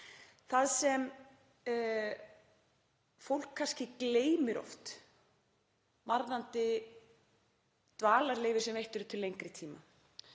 Það sem fólk kannski gleymir oft varðandi dvalarleyfi sem veitt eru til lengri tíma